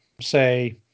say